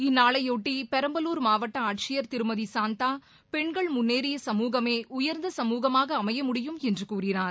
இந்நாளையொட்டி பெரம்பலூர் மாவட்ட ஆட்சியர் திருமதி சாந்தா பெண்கள் முன்னேறிய சமூகமே உயர்ந்த சமூகமாக அமைய முடியும் என்று கூறினார்